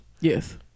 Yes